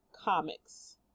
comics